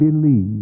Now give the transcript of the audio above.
believe